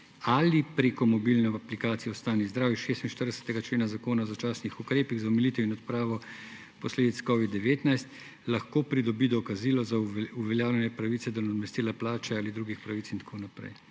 ali preko mobilne aplikacije Ostani zdrav iz 46. člena Zakona o začasnih ukrepih za omilitev in odpravo posledic COVID-19, lahko pridobi dokazilo za uveljavljanje pravice do nadomestila plače ali drugih pravic« in tako naprej.